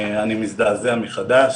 אני מזדעזע מחדש.